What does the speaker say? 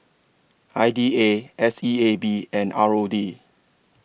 I D A S E A B and R O D